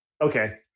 okay